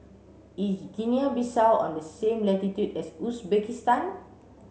is Guinea Bissau on the same latitude as Uzbekistan